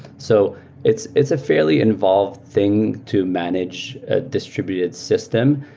so it's it's a fairly involved thing to manage a distributed system.